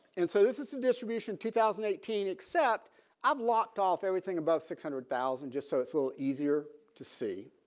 and so this is a distribution two thousand and eighteen except i've locked off everything about six hundred thousand just so it's a little easier to see.